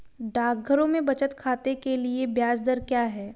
डाकघरों में बचत खाते के लिए ब्याज दर क्या है?